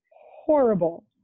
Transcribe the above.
horrible